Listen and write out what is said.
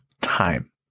time